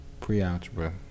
Pre-algebra